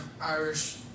Irish